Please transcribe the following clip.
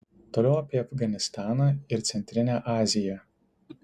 toliau apie afganistaną ir centrinę aziją